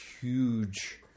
huge